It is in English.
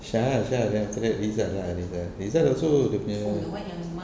shah shah then after that rizal lah rizal rizal also dia punya